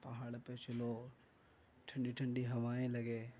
پہاڑ پہ چلو ٹھنڈی ٹھنڈی ہوایئں لگے